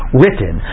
written